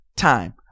Time